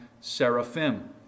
seraphim